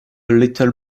little